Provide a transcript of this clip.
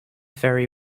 ferry